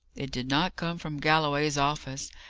it did not come from galloway's office,